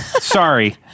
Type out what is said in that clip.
Sorry